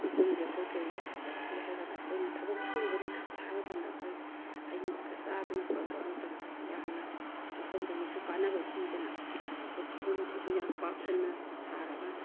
ꯀꯤꯍꯣꯝꯁꯦ ꯑꯩꯈꯣꯏ ꯀꯩ ꯇꯧꯔꯒꯦ ꯍꯥꯏꯔ ꯀꯥꯟꯗ ꯑꯩꯈꯣꯏꯅ ꯊꯕꯛ ꯁꯨꯔꯤꯕ ꯅꯨꯡꯁꯥ ꯁꯥꯕ ꯃꯇꯝꯗ ꯑꯩꯈꯣꯏ ꯍꯩꯒ ꯆꯥꯗꯅ ꯇꯧꯕ ꯃꯇꯝꯗ ꯌꯥꯝꯅ ꯀꯤꯍꯣꯝꯗꯒꯤꯁꯨ ꯀꯥꯟꯅꯕ ꯄꯤꯗꯅ ꯑꯩꯈꯣꯏ ꯀꯤꯍꯣꯝꯁꯤꯁꯨ ꯌꯥꯝ ꯄꯥꯛ ꯁꯟꯅ ꯊꯥꯔꯒ